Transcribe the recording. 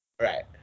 Right